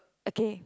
again